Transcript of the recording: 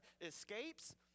escapes